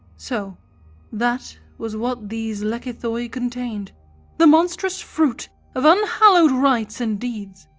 so that was what these lekythoi contained the monstrous fruit of unhallowed rites and deeds,